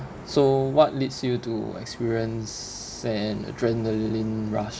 so what leads you to experience an adrenaline rush